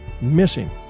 missing